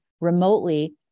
remotely